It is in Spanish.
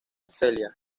celia